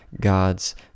God's